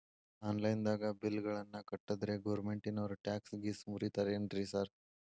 Online ದಾಗ bill ಗಳನ್ನಾ ಕಟ್ಟದ್ರೆ ಗೋರ್ಮೆಂಟಿನೋರ್ ಟ್ಯಾಕ್ಸ್ ಗೇಸ್ ಮುರೇತಾರೆನ್ರಿ ಸಾರ್?